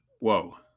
whoa